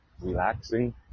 relaxing